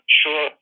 sure